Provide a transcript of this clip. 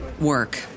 work